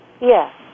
yes